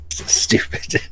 Stupid